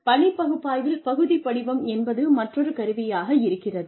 பணி பகுப்பாய்வில் பதிவு வடிவம் என்பது மற்றொரு கருவியாக இருக்கிறது